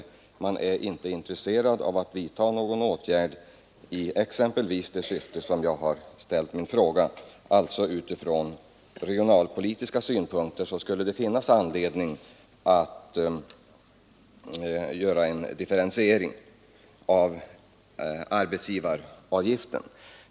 Socialdemokraterna och vpk är inte intresserade av att vidta någon åtgärd i exempelvis det syfte som jag har angett i min fråga, nämligen att från regionalpolitiska synpunkter utreda effekterna av en differentiering av arbetsgivaravgiften.